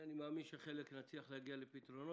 אני מאמין שבחלק מן הדברים נצליח להגיע לפתרונות,